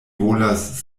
volas